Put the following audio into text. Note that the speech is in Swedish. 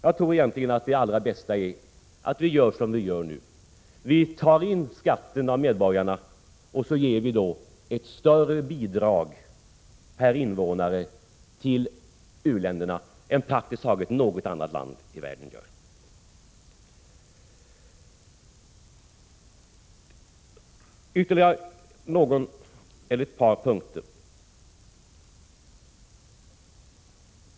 Jag tror egentligen att det allra bästa är att vi gör som vi gör nu, tar in skatter av medborgarna och sedan ger ett större bidrag per invånare till u-länderna än praktiskt taget något annat land i världen gör. Jag vill ta upp ytterligare ett par punkter.